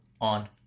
On